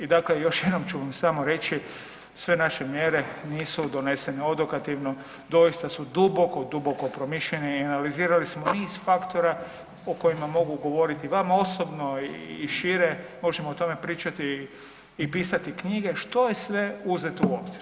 I dakle, još jednom ću vam samo reći, sve naše mjere nisu donesene odokativno, doista su duboko, duboko promišljene i analizirali smo niz faktora o kojima mogu govoriti vama osobno i šire, možemo o tome pričati i pisati knjige što je sve uzeto u obzir.